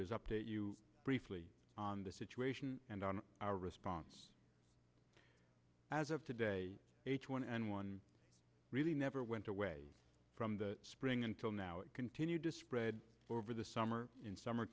is update you briefly on the situation and on our response as of today h one n one really never went away from the spring until now it continued to spread over the summer in summer